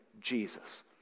Jesus